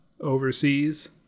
overseas